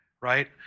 right